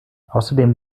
außerdem